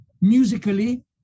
musically